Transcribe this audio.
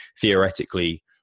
theoretically